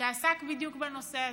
שעסק בדיוק בנושא הזה.